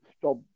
stop